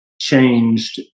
changed